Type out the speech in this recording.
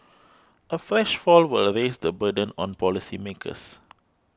a fresh fall will lace the burden on policymakers